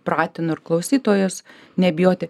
pratinu ir klausytojus nebijoti